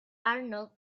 arnold